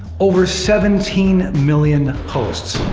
over seventeen million posts.